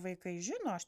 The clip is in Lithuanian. vaikai žino aš